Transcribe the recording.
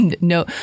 No